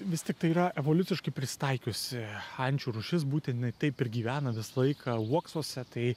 vis tiktai yra evoliuciškai prisitaikiusi ančių rūšis būtent jinai taip ir gyvena visą laiką uoksuose tai